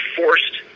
forced